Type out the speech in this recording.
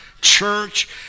church